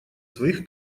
своих